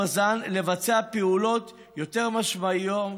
לבצע פעולות יותר משמעותיות,